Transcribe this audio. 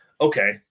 okay